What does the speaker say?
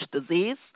disease